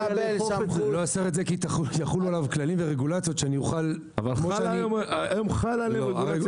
כי יחולו עליו כללים ורגולציות --- אבל היום חלה עליהם רגולציה.